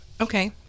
Okay